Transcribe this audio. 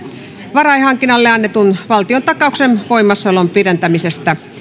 varainhankinnalle annetun valtiontakauksen voimassaoloajan pidentämisestä